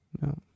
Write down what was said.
No